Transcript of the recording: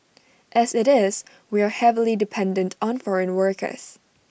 as IT is we are heavily dependent on foreign workers